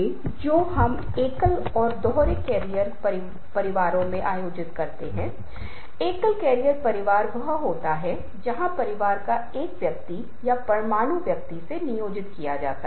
आप के लिए तो मैं इस क्रम को बदल देता हूं लेकिन अगर मैं पूरी बात का हास्य दिखाने की कोशिश कर रहा होता तो जाहिर है मैंने इन चित्रों को नहीं छोड़ा होता और मैं इस छवि पर ध्यान केंद्रित करता